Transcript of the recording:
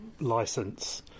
license